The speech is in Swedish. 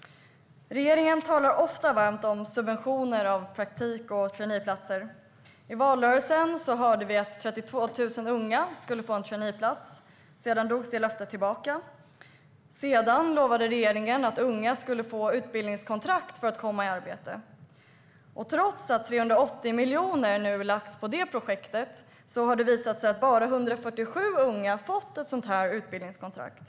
Regeringen talar ofta varmt om subventioner av praktik och traineeplatser. I valrörelsen hörde vi att 32 000 unga skulle få en traineeplats. Sedan drogs detta löfte tillbaka. Därefter lovade regeringen att unga skulle få utbildningskontrakt för att komma i arbete. Trots att 380 miljoner nu har lagts på detta projekt har det visat sig att bara 147 unga har fått ett sådant utbildningskontrakt.